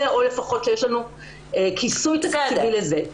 או לפחות שיהיה לנו כיסוי תקציבי לזה.